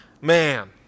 man